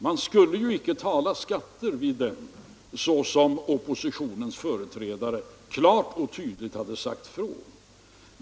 Man skulle icke tala skatter vid den, såsom oppositionens företrädare klart och tydligt hade sagt ifrån.